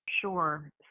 Sure